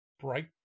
Bright